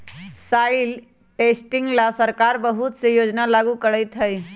soil testing ला सरकार बहुत से योजना लागू करते हई